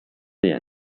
饰演